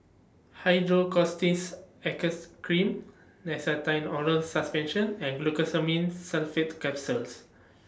Cream Nystatin Oral Suspension and Glucosamine Sulfate Capsules